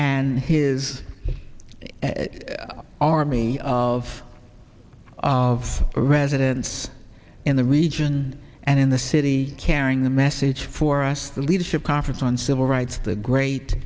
and his army of of residents in the region and in the city carrying the message for us the leadership conference on civil rights the great